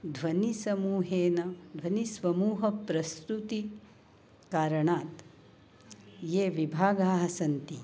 ध्वनिसमूहेन ध्वनिसमूहप्रस्तुतेः कारणात् ये विभागाः सन्ति